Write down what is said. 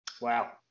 Wow